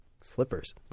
Slippers